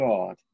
God